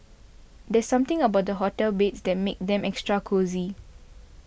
there's something about the hotel beds that makes them extra cosy